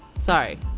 Sorry